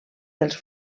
dels